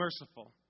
merciful